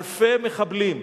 אלפי מחבלים,